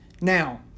Now